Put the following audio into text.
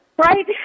Right